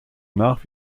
nach